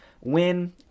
Win